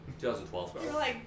2012